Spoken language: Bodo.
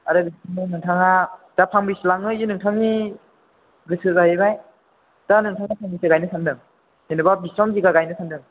आरो नोंथाङा दा फांबेसे लाङो इयो नोंथांनि गोसो जाहैबाय दा नोंथाङा फांबेसे गायनो सानदों जेनेबा बिसिबां बिगा गायनो सानदों